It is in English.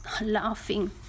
laughing